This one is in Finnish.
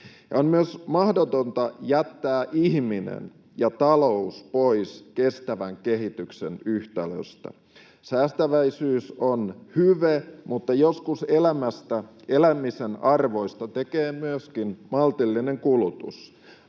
On myös mahdotonta jättää ihminen ja talous pois kestävän kehityksen yhtälöstä. Säästäväisyys on hyve, mutta joskus elämästä elämisen arvoista tekee myöskin maltillinen kulutus.